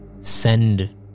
send